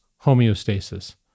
homeostasis